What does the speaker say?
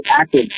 active